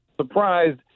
surprised